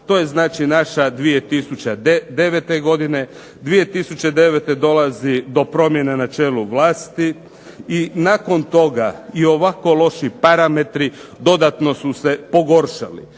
To je znači naša 2009. godine, 2009. dolazi do promjena na čelu vlasti i nakon toga i ovako loši parametri dodatno su se pogoršali.